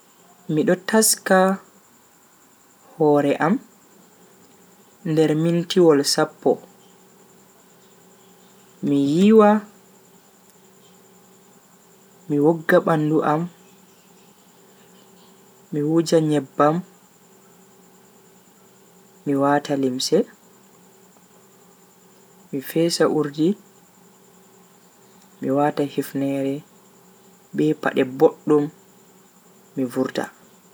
Mido taska hore nder mintiwol sappo. Mi yiwa, mi wogga bandu, mi wuja nyebbam, mi wata limse, mi fesa urdi mi wata hifneere be pade boddum mi vurta